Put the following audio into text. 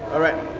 all right,